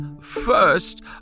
first